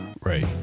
Right